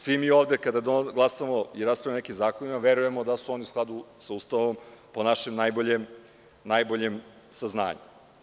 Svi mi ovde kada glasamo i raspravljamo o nekim zakonima verujemo da su oni u skladu sa Ustavom po našem najboljem saznanju.